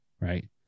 right